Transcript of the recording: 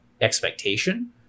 expectation